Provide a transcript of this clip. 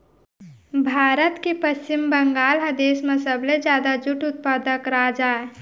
भारत के पस्चिम बंगाल ह देस म सबले जादा जूट उत्पादक राज अय